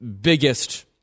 biggest